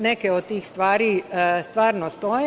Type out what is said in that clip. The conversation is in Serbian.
Neke od tih stvari stvarno stoje.